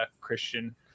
Christian